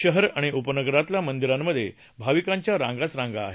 शहर आणि उपनगरातल्या मंदिरांमधे भाविकांच्या रांगाच रांगा लागल्या आहेत